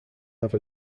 have